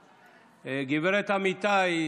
גב' אמיתי,